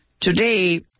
Today